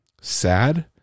sad